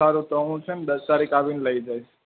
સારું તો હું છે ને દસ તારીખ આવીને લઈ જઈશ